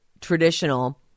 traditional